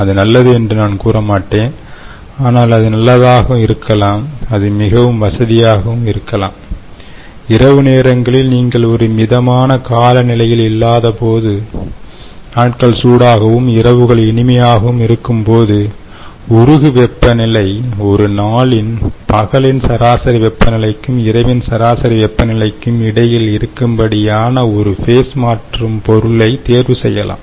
அது நல்லது என்று நான் கூறமாட்டேன் ஆனால் அது நல்லதாகஇருக்கலாம் அது மிகவும் வசதியாக இருக்கலாம் இரவு நேரங்களில் நீங்கள் ஒரு மிதமான காலநிலையில் இல்லாதபோது நாட்கள் சூடாகவும் இரவுகள் இனிமையாகவும் இருக்கும்போது உருகு வெப்பநிலை ஒரு நாளின் பகலின் சராசரி வெப்ப நிலைக்கும் இரவின் சராசரி வெப்ப நிலைக்கும் இடையில் இருக்கும்படியான ஒரு ஃபேஸ் மாற்றும் பொருளை தேர்வு செய்யலாம்